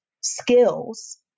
skills